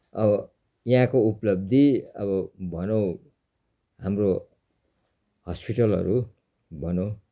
अब यहाँको उप्लब्धि अब भनौँ हाम्रो हस्पिटलहरू भनौँ